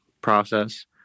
process